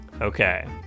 Okay